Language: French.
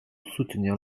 soutenir